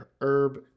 herb